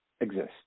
exist